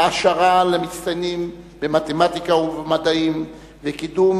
העשרה למצטיינים במתמטיקה ובמדעים וקידום